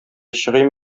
чыгыйм